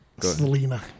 Selena